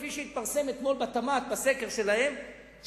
כפי שהתפרסם אתמול בסקר של התמ"ת,